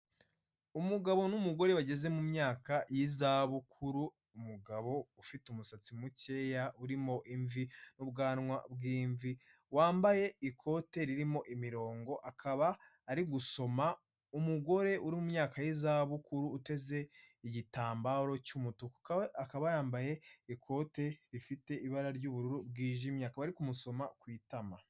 Umugabo n'umugore bageze mu myaka y'izabukuru, umugabo ufite umusatsi mukeya urimo imvi, n'ubwanwa bw'imvi, wambaye ikote ririmo imirongo, akaba ari gusoma umugore uri mu myaka y'izabukuru uteze igitambaro cy'umutuku, akaba yambaye ikote rifite ibara ry'ubururu bwijimye, akaba ari kumusoma ku itama.